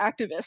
activists